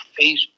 Facebook